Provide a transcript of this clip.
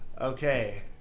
Okay